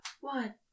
One